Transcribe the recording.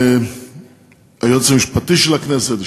היועץ המשפטי של הכנסת,